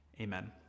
Amen